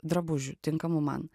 drabužių tinkamų man